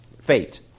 fate